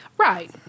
Right